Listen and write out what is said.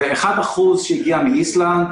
זה 1% כפי שנמצא באיסלנד,